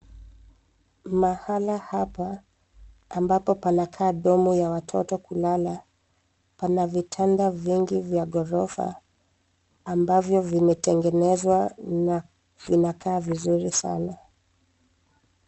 Mahala hapa ambapo panakaa domu ya watoto ya kulala pana vitanda vyengi vya ghorofa ambavyo vimetengenezwa na vinakaa vizuri sana.